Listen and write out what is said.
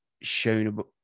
shown